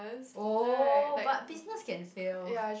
oh but business can fail